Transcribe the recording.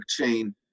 blockchain